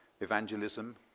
evangelism